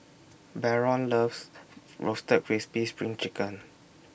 Baron loves Roasted Crispy SPRING Chicken